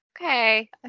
Okay